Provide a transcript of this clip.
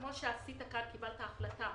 כמו שקיבלת החלטה